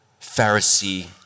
Pharisee